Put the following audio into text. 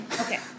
Okay